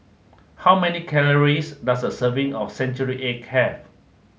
how many calories does a serving of Century Egg have